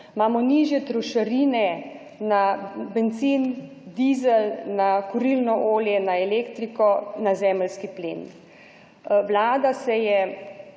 Imamo nižje trošarine na bencin, dizel, na kurilno olje, na elektriko, na zemeljski plin. Vlada se je